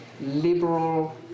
liberal